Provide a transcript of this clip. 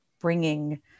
bringing